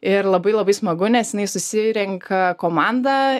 ir labai labai smagu nes jinai susirenka komandą